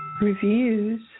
reviews